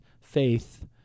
faith